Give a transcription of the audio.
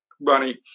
Bunny